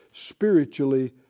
spiritually